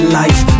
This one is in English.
life